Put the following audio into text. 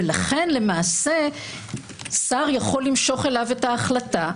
ולכן למעשה שר יכול למשוך אליו את ההחלטה,